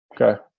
Okay